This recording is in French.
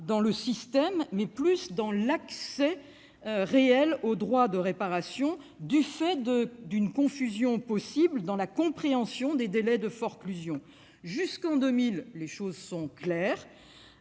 non au système, mais à l'accès réel au droit de réparation, du fait d'une confusion possible dans la compréhension des délais de forclusion. Jusqu'en 2000, les choses étaient claires